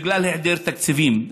בגלל היעדר תקציבים,